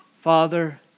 Father